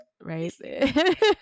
right